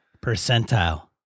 Percentile